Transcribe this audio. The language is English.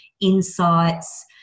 insights